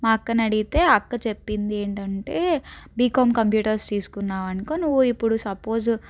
మా అక్కని అడిగితే అక్క చెప్పింది ఏంటంటే బీకాం కంప్యూటర్స్ తీసుకున్నావు అనుకో నువ్వు ఇప్పుడు సపోజు